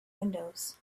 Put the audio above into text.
windows